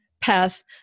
path